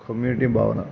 community భావన